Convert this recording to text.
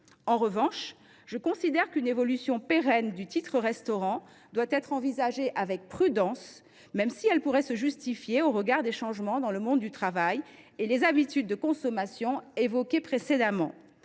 En revanche, je considère qu’une évolution pérenne doit être envisagée avec prudence, même si elle pourrait se justifier au regard des changements dans le monde du travail et les habitudes de consommation évoquées précédemment.